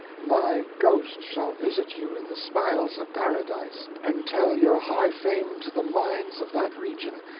my ghost shall visit you in the smiles of paradise, and tell your high fame to the minds of that region,